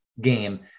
game